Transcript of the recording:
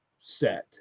set